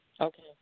Okay